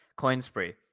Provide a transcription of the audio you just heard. Coinspray